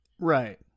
Right